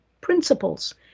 principles